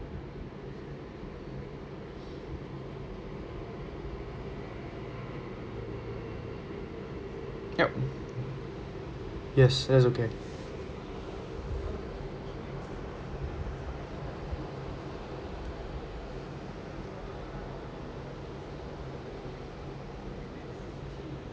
yup yes that's okay